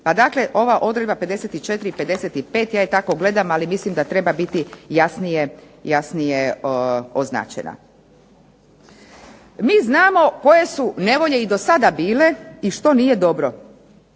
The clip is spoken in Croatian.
Pa dakle, ova odredba 54. i 55. ja je tako gledam ali mislim da treba biti jasnije označena. Mi znamo koje su nevolje i do sada bile i što nije dobro.